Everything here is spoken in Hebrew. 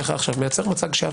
בדבריך מייצר מצג שווה,